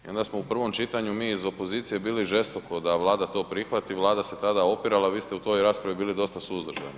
I onda smo u prvom čitanju mi iz opozicije bili žestoko da Vlada to prihvati, Vlada se tada opirala, vi ste u toj raspravi bili dosta suzdržani.